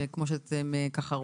שכמו שאתם רואים,